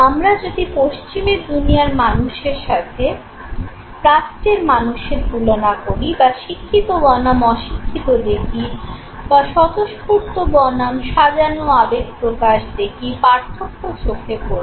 আমরা যদি পশ্চিমের দুনিয়ার মানুষের সাথে প্রাচ্যের মানুষের তুলনা করি বা শিক্ষিত বনাম অশিক্ষিত দেখি বা স্বতঃস্ফূর্ত বনাম সাজানো আবেগ প্রকাশ দেখি পার্থক্য চোখে পড়বে